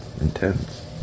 intense